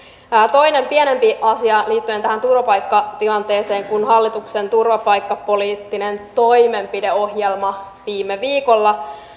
toinen pienempi asia liittyen tähän turvapaikkatilanteeseen kun hallituksen turvapaikkapoliittinen toimenpideohjelma viime viikolla